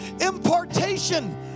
impartation